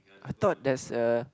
I thought that's a